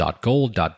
.gold